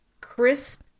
crisp